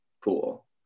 cool